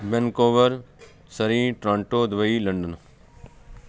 Vancouver Surrey Toronto Dubai London